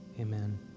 Amen